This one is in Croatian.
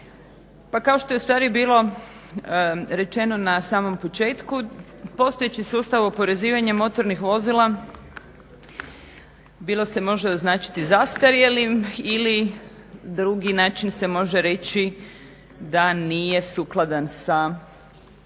Pa kao što je ustvari bilo rečeno na samom početku, postojeći sustav oporezivanja motornih vozila bilo se može označiti zastarjelim ili drugi način se može reći da nije sukladan sa pravnom